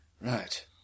Right